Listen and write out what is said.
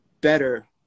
better